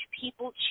people